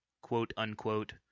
quote-unquote